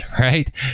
right